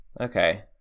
Okay